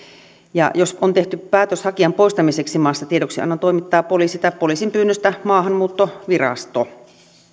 jos on tehty päätös hakijan poistamiseksi maasta tiedoksiannon toimittaa poliisi tai poliisin pyynnöstä maahanmuuttovirasto